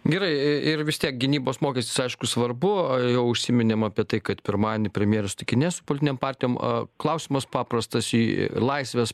gerai ir vis tiek gynybos mokestis aišku svarbu jau užsiminėm apie tai kad pirmadienį premjeras sutikinės politinėm partijom a klausimas paprastas į laisvės